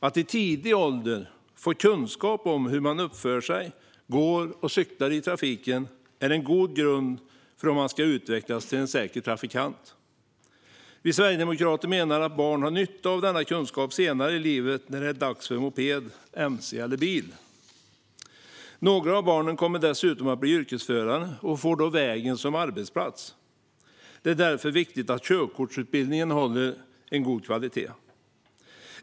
Att i tidig ålder få kunskap om hur man uppför sig, går och cyklar i trafiken är en god grund för att utvecklas till en säker trafikant. Vi sverigedemokrater menar att barn har nytta av denna kunskap senare i livet, när det är dags för moped, mc eller bil. Några av barnen kommer dessutom att bli yrkesförare och då få vägen som arbetsplats. Det är därför viktigt att körkortsutbildningen håller god kvalitet.